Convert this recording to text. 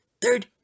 Third